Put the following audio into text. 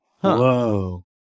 Whoa